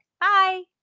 bye